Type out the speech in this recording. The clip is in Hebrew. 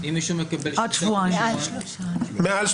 מעל.